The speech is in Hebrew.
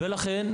לכן,